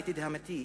לתדהמתי,